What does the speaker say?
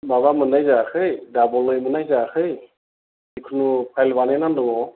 माबा मोन्नाय जायाखै दाबोलै मोन्नाय जायाखै जिखुनु फाइल बानायनानै दङ